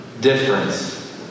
difference